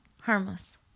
Harmless